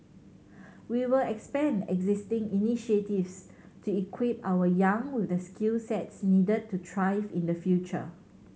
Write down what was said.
we will expand existing initiatives to equip our young with the skill sets needed to thrive in the future